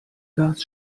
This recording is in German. gas